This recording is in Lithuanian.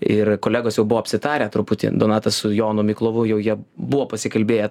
ir kolegos jau buvo apsitarę truputį donatas su jonu miklovu jau jie buvo pasikalbėję